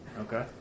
Okay